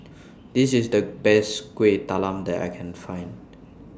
This IS The Best Kuih Talam that I Can Find